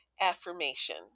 affirmation